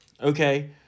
Okay